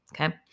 Okay